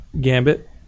gambit